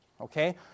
Okay